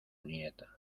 nieta